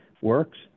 works